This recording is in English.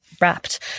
wrapped